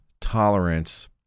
tolerance